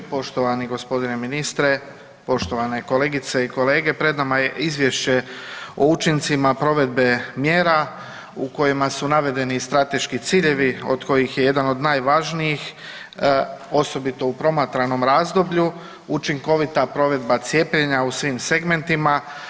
Poštovani gospodine ministre, poštovane kolegice i kolege pred nama je izvješće o učincima provedbe mjera u kojima su navedeni strateški ciljevi od kojih je jedan od najvažnijih osobito u promatranom razdoblju, učinkovita provedba cijepljenja u svim segmentima.